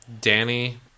Danny